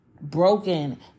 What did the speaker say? broken